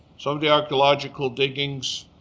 so the archaeological diggings